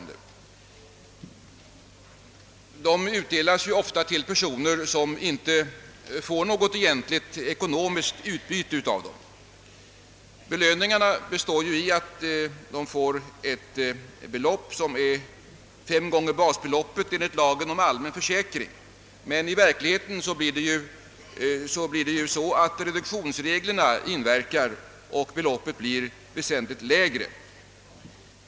De utdelas ofta till personer som inte får något egentligt ekonomiskt utbyte av dem. Belöningarna består i att de får ett belopp som är fem gånger basbeloppet enligt lagen om allmän försäkring, men i verkligheten inverkar reduktionsreglerna så, att beloppet blir väsentligt lägre.